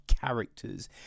characters